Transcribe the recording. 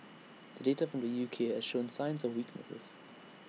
the data from the U K has shown signs of weaknesses